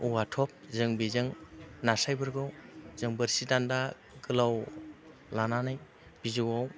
औवाथ'ब जों बेजों नास्रायफोरखौ जों बोरसि दान्दा गोलाव लानानै बिजौआव